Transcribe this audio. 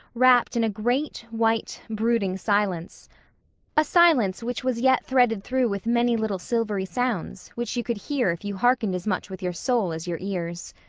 wrapped in a great, white, brooding silence a silence which was yet threaded through with many little silvery sounds which you could hear if you hearkened as much with your soul as your ears.